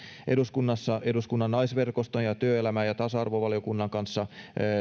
eduskunnassa eduskunnan naisverkoston ja työelämä ja tasa arvovaliokunnan kanssa